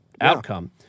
outcome